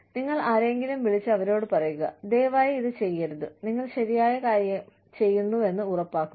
നിങ്ങൾ ആരെയെങ്കിലും വിളിച്ച് അവരോട് പറയുക ദയവായി ഇത് ചെയ്യരുത് നിങ്ങൾ ശരിയായ കാര്യം ചെയ്യുന്നുവെന്ന് ഉറപ്പാക്കുക